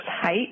height